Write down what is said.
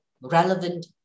relevant